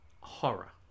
horror